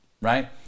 Right